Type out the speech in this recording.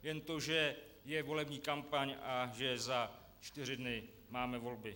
Jen to, že je volební kampaň a že za čtyři dny máme volby.